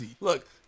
Look